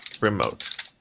Remote